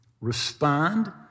respond